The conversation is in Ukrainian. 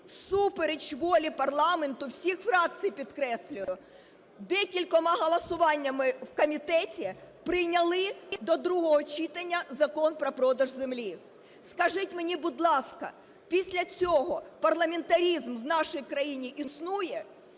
всупереч волі парламенту, всіх фракцій, підкреслюю, декількома голосуваннями в комітеті прийняли до другого читання закон про продаж землі. Скажіть мені, будь ласка, після цього парламентаризм в нашій країні існує?